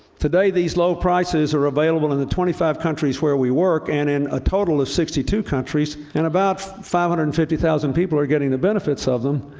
today these low prices are available in the twenty five countries where we work, and in a total of sixty two countries, and about five hundred and fifty thousand people are getting the benefits of them.